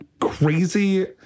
crazy